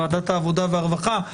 ועדת העבודה והרווחה,